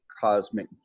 cosmic